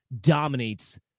dominates